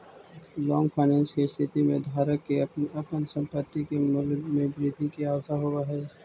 long finance के स्थिति में धारक के अपन संपत्ति के मूल्य में वृद्धि के आशा होवऽ हई